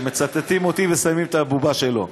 שמצטטים אותי ושמים את הבובה שלו.